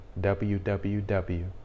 www